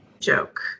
joke